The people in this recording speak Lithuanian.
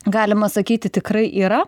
galima sakyti tikrai yra